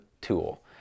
tool